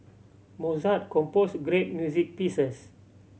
Mozart composed great music pieces